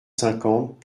cinquante